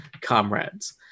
comrades